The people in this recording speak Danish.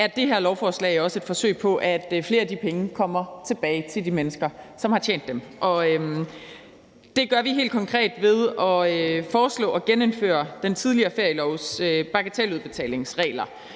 er det her lovforslag også et forsøg på at gøre noget, så flere af de penge kommer tilbage til de mennesker, som har tjent dem. Det gør vi helt konkret ved at foreslå at genindføre den tidligere ferielovs bagateludbetalingsregler